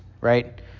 right